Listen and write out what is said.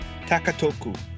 Takatoku